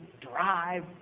drive